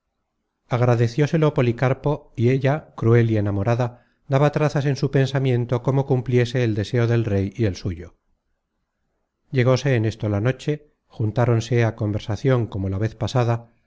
más convenia agradecióselo policarpo y ella cruel y enamorada daba trazas en su pensamiento cómo cumpliese el deseo del rey y el suyo llegóse en esto la noche juntáronse á conversacion como la vez pasada